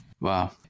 Wow